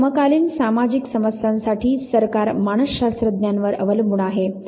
आता समकालीन सामाजिक समस्यांसाठी सरकार मानसशास्त्रज्ञांवर अवलंबून आहे